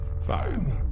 Fine